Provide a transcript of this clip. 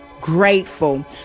grateful